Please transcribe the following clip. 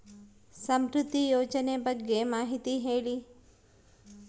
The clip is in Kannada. ಸಮೃದ್ಧಿ ಯೋಜನೆ ಬಗ್ಗೆ ಮಾಹಿತಿ ಹೇಳಿ?